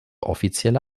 offizielle